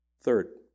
Third